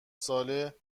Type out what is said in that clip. ساله